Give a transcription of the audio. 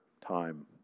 time